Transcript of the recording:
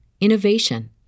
innovation